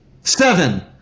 Seven